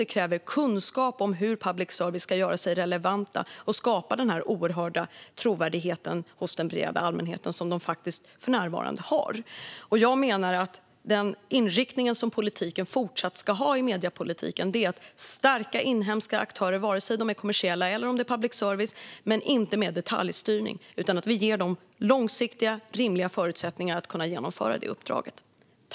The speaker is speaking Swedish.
Det kräver kunskap om hur public service ska vara relevanta och skapa den oerhörda trovärdighet som de för närvarande har. Jag menar att den inriktning som mediepolitiken fortsatt ska ha är att stärka inhemska aktörer, vare sig de är kommersiella eller om det är public service, men inte med detaljstyrning. Vi ska ge dem långsiktiga och rimliga förutsättningar för att kunna genomföra det uppdraget.